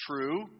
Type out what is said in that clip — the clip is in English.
true